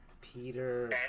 Peter